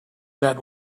that